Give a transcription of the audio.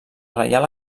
reial